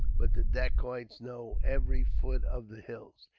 but the dacoits know every foot of the hills.